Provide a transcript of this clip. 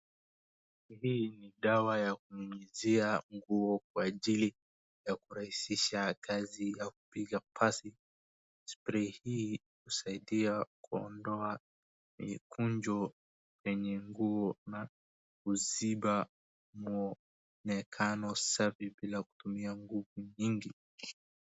Hii ni dawa ya kupulizia nguo kwa ajili ya kurahisisha kazi ya kupiga pasi, spray hii husaidia kuondoa mikunjo kwenye nguo, na kuzipa muonekano safi bila kutumia nguvu nyingi.